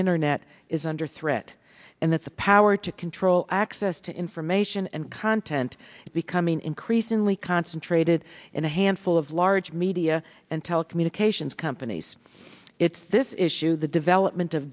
internet is under threat and that the power to control access to information and content is becoming increasingly concentrated in a handful of large media and telecommunications companies it's this issue the development of